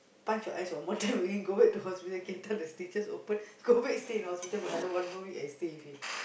punch your eyes one more time you can go back to hospital get the stitches open go back stay in hospital for another one more week I stay with you